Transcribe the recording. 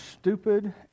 stupid